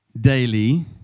daily